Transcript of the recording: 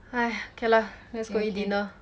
!haiya! okay lah let's go eat dinner